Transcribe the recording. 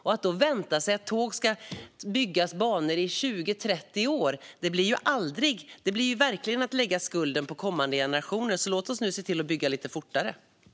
Om man då väntar sig att det ska byggas banor för tåg i 20-30 år blir det verkligen att lägga skulden på kommande generationer. Så låt oss nu se till att bygga lite fortare!